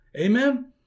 Amen